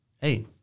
hey